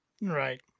right